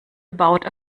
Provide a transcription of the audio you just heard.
about